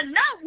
no